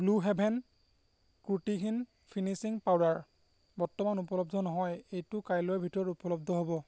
blue Heaven ত্ৰুটিহীন finishing powder বৰ্তমান উপলব্ধ নহয় এইটো কাইলৈৰ ভিতৰত উপলব্ধ হ'ব